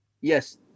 yes